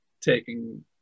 taking